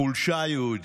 חולשה יהודית.